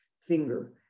finger